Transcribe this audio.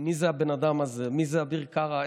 מי זה הבן אדם הזה, מי זה אביר קארה?